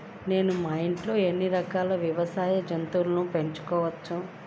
నేను మా ఇంట్లో ఎన్ని రకాల వ్యవసాయ జంతువులను పెంచుకోవచ్చు?